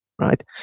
right